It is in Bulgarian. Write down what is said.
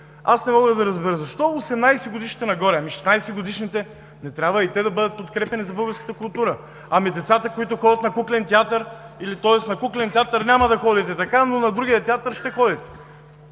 Аз не мога да разбера защо от „18-годишни нагоре“, ами 16 годишните, нали трябва и те да бъдат подкрепяни за българската култура?! Ами децата, които ходят на куклен театър? Тоест на куклен театър няма да ходите, но на другия театър ще ходите.